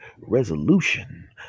resolution